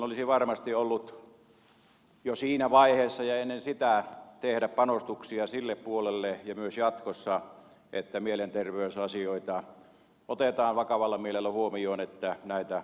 olisi varmasti ollut aihetta jo siinä vaiheessa ja ennen sitä tehdä panostuksia sille puolelle ja myös jatkossa mielenterveysasiat on otettava vakavalla mielellä huomioon että näitä onnettomuuksia ei tapahdu